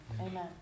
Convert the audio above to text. Amen